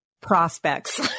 prospects